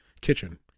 Kitchen